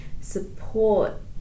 support